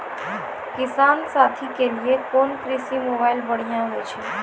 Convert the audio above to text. किसान साथी के लिए कोन कृषि मोबाइल बढ़िया होय छै?